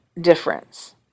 difference